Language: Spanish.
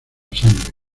sangre